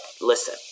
listen